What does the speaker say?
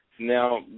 Now